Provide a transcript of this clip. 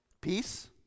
Peace